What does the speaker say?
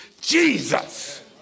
Jesus